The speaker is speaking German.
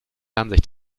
ansicht